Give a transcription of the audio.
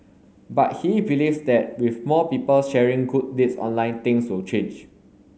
but he believes that with more people sharing good deeds online things will change